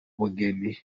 bugeni